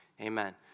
amen